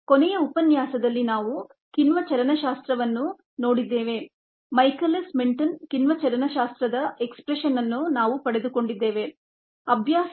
ಕೊನೆಯ ಉಪನ್ಯಾಸದಲ್ಲಿ ನಾವು ಕಿಣ್ವಚಲನಶಾಸ್ತ್ರವನ್ನು ನೋಡಿದ್ದೇವೆ ಮೈಕೆಲಿಸ್ -ಮೆಂಟೇನ್ ಕಿಣ್ವಚಲನಶಾಸ್ತ್ರದ ಎಕ್ಸ್ಪ್ರೆಶನ್ ಅನ್ನು ನಾವು ಪಡೆದುಕೊಂಡಿದ್ದೇವೆ ಅಭ್ಯಾಸದ ಸಮಸ್ಯೆ 2